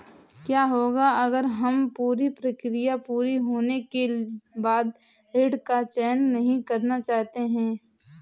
क्या होगा अगर हम पूरी प्रक्रिया पूरी होने के बाद ऋण का चयन नहीं करना चाहते हैं?